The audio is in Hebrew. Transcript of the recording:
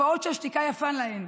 תופעות שהשתיקה יפה להן.